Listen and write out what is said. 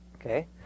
Okay